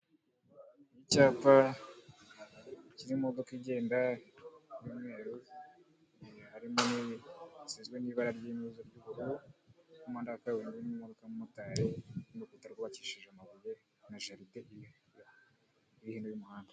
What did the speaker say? Ni icyapa kirimo imodoka igenda y'umweru, harimo n'indi isizwe ibara ry'ubururu, umuhanda wa kaburimbo urimo umumotari n'urukuta rwubakishije amabuye na jaride iri hino y'umuhanda.